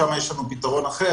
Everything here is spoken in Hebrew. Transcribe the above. ששם לנו יש פתרון אחר,